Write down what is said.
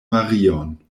marion